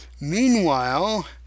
Meanwhile